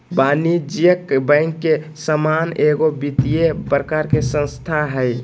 वाणिज्यिक बैंक के समान एगो वित्तिय प्रकार के संस्था हइ